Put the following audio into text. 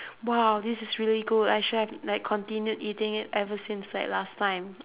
!wow! this is really good I should have like continued eating it ever since like last time